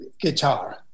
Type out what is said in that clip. guitar